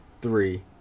three